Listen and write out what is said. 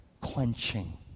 quenching